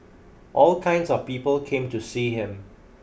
all kinds of people came to see him